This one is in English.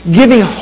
giving